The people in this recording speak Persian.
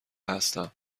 هستم